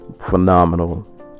phenomenal